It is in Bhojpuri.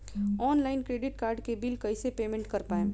ऑनलाइन क्रेडिट कार्ड के बिल कइसे पेमेंट कर पाएम?